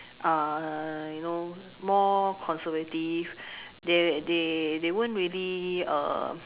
uh you know more conservative they they wouldn't really err